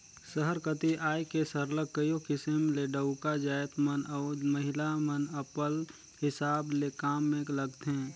सहर कती आए के सरलग कइयो किसिम ले डउका जाएत मन अउ महिला मन अपल हिसाब ले काम में लगथें